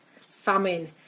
famine